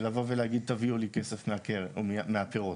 לבוא ולהגיד: תביאו לי כסף מהקרן או מהפירות.